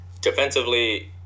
defensively